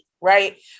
right